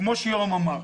כמו שיורם אמר,